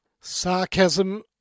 sarcasm